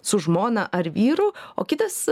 su žmona ar vyru o kitas